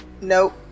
nope